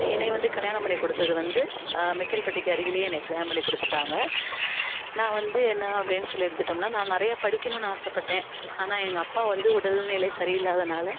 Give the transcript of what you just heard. என்னை வந்து கல்யாணம் பண்ணி கொடுத்தது வந்து மைக்கேல்பட்டிக்கு அருகிலேயே என்னை கல்யாணம் பண்ணி கொடுத்துட்டாங்க நான் வந்து என்ன அப்படின்னு சொல்லி எடுத்துட்டோம்னா நான் நிறையா படிக்கணும்னு ஆசைப்பட்டேன் ஆனால் எங்கள் அப்பா வந்து உடல்நிலை சரியில்லாததனால